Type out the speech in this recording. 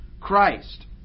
Christ